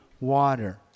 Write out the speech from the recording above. water